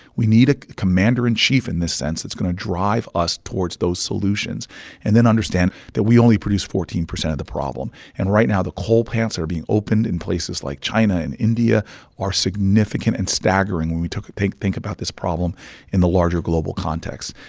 we need a commander in chief in this sense that's going to drive us towards those solutions and then understand that we only produce fourteen percent of the problem. and right now, the coal plants that are being opened in places like china and india are significant and staggering when we think think about this problem in the larger global context.